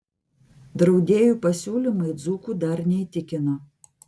draudėjų pasiūlymai dzūkų dar neįtikino